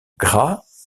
gras